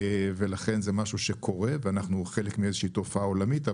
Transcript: ולכן זה משהו שקורה ואנחנו חלק מאיזה שהיא תופעה עולמית.